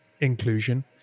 inclusion